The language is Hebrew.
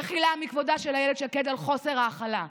במחילה מכבודה של אילת שקד על חוסר ההכלה?